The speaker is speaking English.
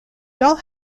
doll